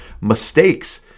mistakes